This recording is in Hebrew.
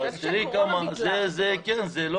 זה כך.